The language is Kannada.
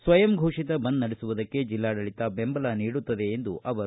ಸ್ವಯಂಘೋಷಿತ ಬಂದ್ ನಡೆಸುವುದಕ್ಕೆ ಜಿಲ್ಲಾಡಳಿತ ಬೆಂಬಲ ನೀಡುತ್ತದೆ ಎಂದರು